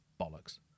bollocks